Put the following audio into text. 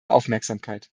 aufmerksamkeit